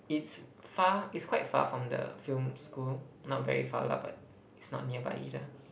it's far it's quite far from the film school not very far lah but it's not nearby either